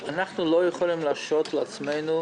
אנחנו לא יכולים להרשות לעצמנו,